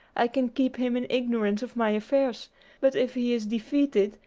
i can keep him in ignorance of my affairs but if he is defeated,